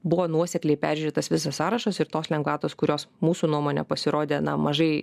buvo nuosekliai peržiūrėtas visas sąrašas ir tos lengvatos kurios mūsų nuomone pasirodė na mažai